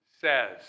says